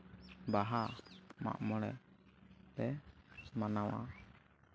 ᱵᱟᱦᱟ ᱢᱟᱜ ᱢᱚᱬᱮ ᱞᱮ ᱢᱟᱱᱟᱣᱟ